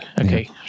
Okay